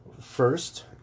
First